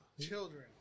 children